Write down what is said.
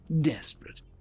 desperate